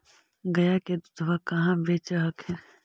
गया के दूधबा कहाँ बेच हखिन?